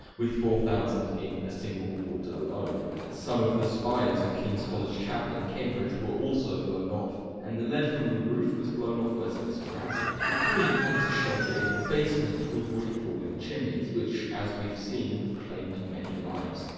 with four thousand in a single woods alone! some of the spires of king's college chapel in cambridge were also blown off, and the lead from the roof was blown off westminster abbey. the queen had to shelter in the basement to avoid falling chimneys, which. as we've seen have claimed many lives.